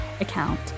account